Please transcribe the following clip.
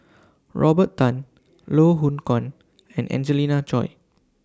Robert Tan Loh Hoong Kwan and Angelina Choy